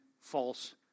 false